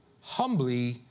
humbly